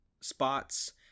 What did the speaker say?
spots